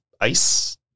ice